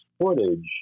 footage